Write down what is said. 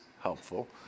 helpful